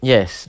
Yes